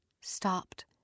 stopped